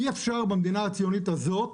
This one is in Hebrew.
אי אפשר במדינה הציונית הזאת